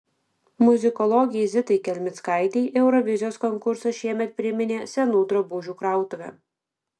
muzikologei zitai kelmickaitei eurovizijos konkursas šiemet priminė senų drabužių krautuvę